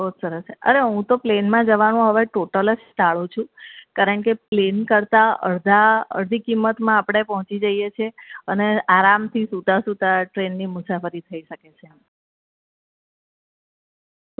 બહુ જ સરસ છે અરે હું તો પ્લેનમાં જવાનું હવે ટોટલ જ ટાળું છું કારણ કે પ્લેન કરતાં અડધા અડધી કિંમતમાં આપણે પહોંચી જઈએ છીએ અને આરામથી સૂતાં સૂતાં ટ્રેનની મુસાફરી થઈ શકે છે